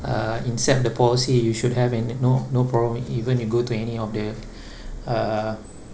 uh incept the policy you should have any no no problem even you go to any of the uh